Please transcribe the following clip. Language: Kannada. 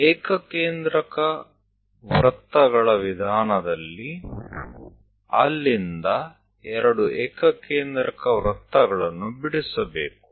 ಏಕಕೇಂದ್ರಕ ವೃತ್ತಗಳ ವಿಧಾನದಲ್ಲಿ ಅಲ್ಲಿಂದ ಎರಡು ಏಕಕೇಂದ್ರಕ ವೃತ್ತಗಳನ್ನು ಬಿಡಿಸಬೇಕು